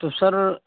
تو سر